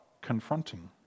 confronting